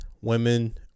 women